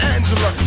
Angela